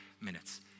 minutes